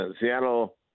Seattle